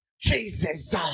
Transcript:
Jesus